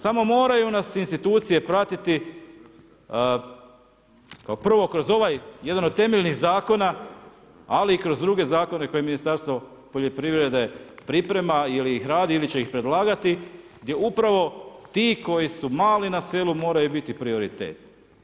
Samo moraju nas institucije pratiti, kao prvo, kroz ovaj, jedan od temeljnih zakona, ali i kroz druge zakone koje Ministarstvo poljoprivreda priprema ili ih radi ili će ih predlagati, gdje upravo ti koji su mali na selu, moraju biti prioritet.